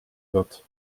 wird